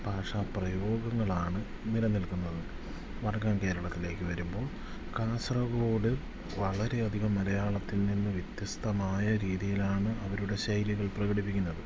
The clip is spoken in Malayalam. ഭാഷാ പ്രയോഗങ്ങളാണ് നിലനിൽക്കുന്നത് വടക്കൻ കേരളത്തിലേക്ക് വരുമ്പോൾ കാസർഗോഡ് വളരെയധികം മലയാളത്തിൽ നിന്നു വ്യത്യസ്തമായ രീതിയിലാണ് അവരുടെ ശൈലികൾ പ്രകടിപ്പിക്കുന്നത്